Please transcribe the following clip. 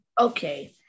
Okay